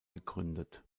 gegründet